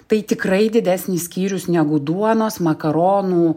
tai tikrai didesnis skyrius negu duonos makaronų